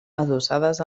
adossades